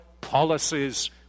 policies